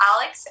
Alex